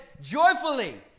joyfully